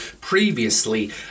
previously